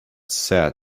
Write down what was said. said